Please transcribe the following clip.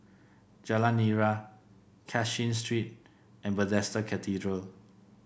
Jalan Nira Cashin Street and Bethesda Cathedral